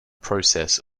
process